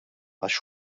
għax